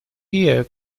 year